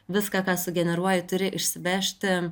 viską ką sugeneruoji turi išsivežti